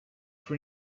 for